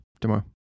tomorrow